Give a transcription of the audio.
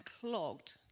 clogged